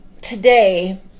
today